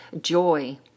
joy